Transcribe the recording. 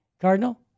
Cardinal